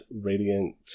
radiant